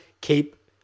keep